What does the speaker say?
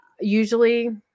usually